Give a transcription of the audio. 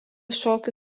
šokių